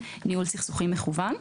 ניהול סכסוכים מקוון.